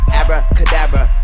abracadabra